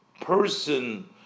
person